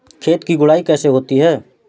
खेत की गुड़ाई कैसे होती हैं?